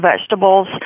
vegetables